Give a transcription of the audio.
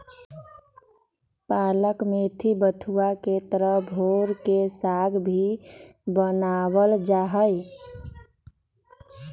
पालक मेथी बथुआ के तरह भोर के साग भी बनावल जाहई